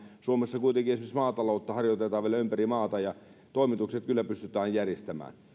suomessa kuitenkin esimerkiksi maataloutta harjoitetaan vielä ympäri maata ja toimitukset kyllä pystytään järjestämään